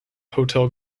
hotel